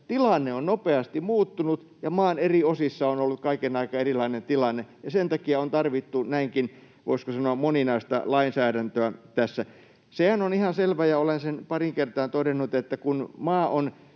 tilanne on nopeasti muuttunut ja maan eri osissa on ollut kaiken aikaa erilainen tilanne ja sen takia on tarvittu näinkin, voisiko sanoa, moninaista lainsäädäntöä tässä. Sehän on ihan selvä ja olen sen pariin kertaan todennut, että kun maa on